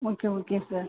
okay okay sir